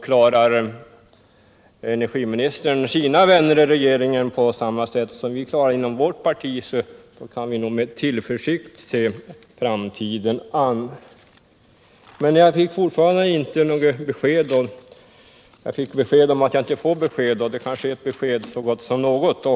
Klarar energiministern sina vänner i regeringen på samma sätt som vi klarar våra vänner inom vårt parti kan vi nog med tillförsikt se framtiden an. Jag fick av Olof Johansson besked om att jag inte får något besked om Forsmark 3, och det är kanske ett besked så gott som något.